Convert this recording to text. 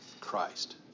Christ